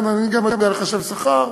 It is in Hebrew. אני גם יודע לחשב שכר,